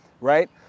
right